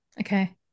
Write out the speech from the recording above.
Okay